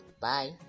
Bye